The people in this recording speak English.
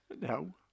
No